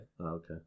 Okay